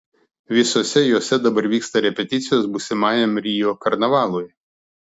visose jose dabar vyksta repeticijos būsimajam rio karnavalui